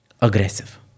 aggressive